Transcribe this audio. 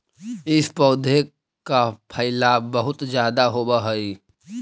इस पौधे का फैलाव बहुत ज्यादा होवअ हई